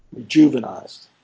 rejuvenized